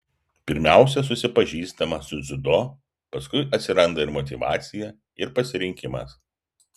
pirmiausia susipažįstama su dziudo paskui atsiranda ir motyvacija ir pasirinkimas